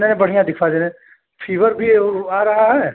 नहीं नहीं बढ़ियाँ दिखवा दे रहे फीवर भी ओ आ रहा है